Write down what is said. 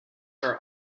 are